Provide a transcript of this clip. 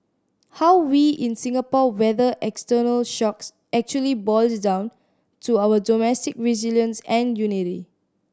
how we in Singapore weather external shocks actually boils down to our domestic resilience and unity